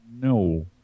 No